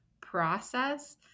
process